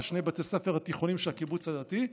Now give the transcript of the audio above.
אלו שני בתי ספר תיכוניים של הקיבוץ הדתי.